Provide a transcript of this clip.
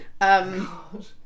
god